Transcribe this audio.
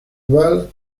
well